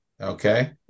okay